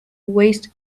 waste